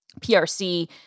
PRC